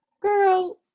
girl